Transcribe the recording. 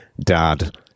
dad